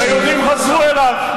והיהודים חזרו אליו.